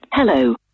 Hello